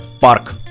park